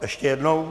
Ještě jednou?